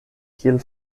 kiel